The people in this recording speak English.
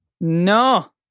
No